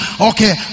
okay